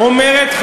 אומרת.